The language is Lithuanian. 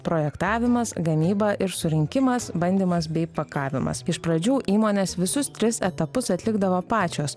projektavimas gamyba ir surinkimas bandymas bei pakavimas iš pradžių įmonės visus tris etapus atlikdavo pačios